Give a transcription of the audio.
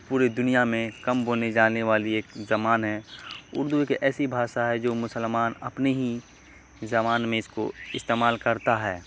پوری دنیا میں کم بولے جانے والی ایک زبان ہے اردو ایک ایسی بھاشا ہے جو مسلمان اپنے ہی زبان میں اس کو استعمال کرتا ہے